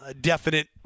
definite